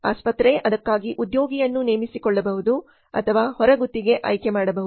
ಆಸ್ಪತ್ರೆ ಅದಕ್ಕಾಗಿ ಉದ್ಯೋಗಿಯನ್ನು ನೇಮಿಸಿಕೊಳ್ಳಬಹುದು ಅಥವಾ ಹೊರಗುತ್ತಿಗೆ ಆಯ್ಕೆ ಮಾಡಬಹುದು